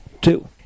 Two